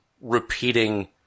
repeating